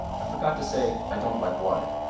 i forgot to say i don't like water.